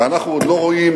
ואנחנו עוד לא רואים,